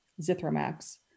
Zithromax